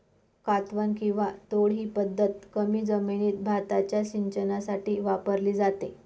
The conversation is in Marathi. कातवन किंवा तोड ही पद्धत कमी जमिनीत भाताच्या सिंचनासाठी वापरली जाते